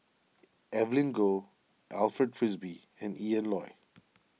Evelyn Goh Alfred Frisby and Ian Loy